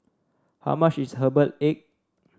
how much is Herbal Egg